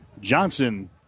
Johnson